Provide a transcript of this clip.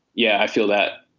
yeah. i feel that